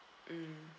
mm